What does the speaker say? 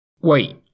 wait